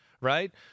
Right